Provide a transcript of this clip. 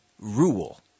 rule